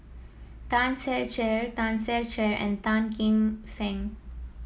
Tan Ser Cher Tan Ser Cher and Tan Kim Seng